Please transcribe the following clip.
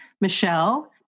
Michelle